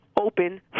open